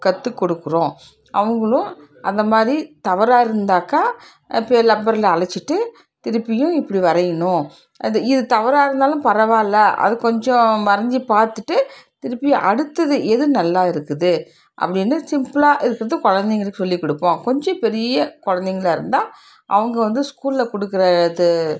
கற்று கொடுக்குறோம் அவங்களும் அந்த மாதிரி தவறாக இருந்தாக்கா இப்போ ரப்பர்ல அழிச்சிட்டு திருப்பியும் இப்படி வரையணும் அது இது தவறாக இருந்தாலும் பரவாயில்லை அது கொஞ்சம் வரைஞ்சி பார்த்துட்டு திருப்பியும் அடுத்தது எது நல்லா இருக்குது அப்படின்னு சிம்பிளா இருக்கிறது கொழந்தைங்களுக்கு சொல்லிக் கொடுப்போம் கொஞ்சம் பெரிய கொழந்தைங்களா இருந்தால் அவங்க வந்து ஸ்கூலில் கொடுக்கற இது